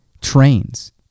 Trains